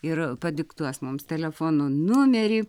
ir padiktuos mums telefono numerį